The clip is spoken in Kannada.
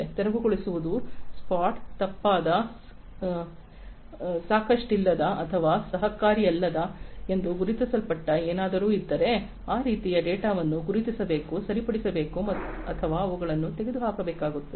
ತೆರವುಗೊಳಿಸುವುದು ಸ್ಪಾಟ್ ತಪ್ಪಾದ ಸಾಕಷ್ಟಿಲ್ಲದ ಅಥವಾ ಸಹಕಾರಿಅಲ್ಲದ ಎಂದು ಗುರುತಿಸಲ್ಪಟ್ಟ ಏನಾದರೂ ಇದ್ದರೆ ಆ ರೀತಿಯ ಡೇಟಾವನ್ನು ಗುರುತಿಸಬೇಕು ಸರಿಪಡಿಸಬೇಕು ಅಥವಾ ಅವುಗಳನ್ನು ತೆಗೆದುಹಾಕಬೇಕಾಗುತ್ತದೆ